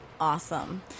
awesome